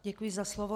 Děkuji za slovo.